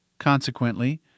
Consequently